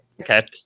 Okay